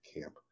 camp